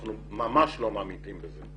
אנחנו ממש לא ממעיטים בזה.